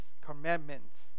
commandments